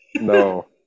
no